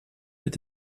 mit